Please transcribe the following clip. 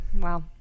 Wow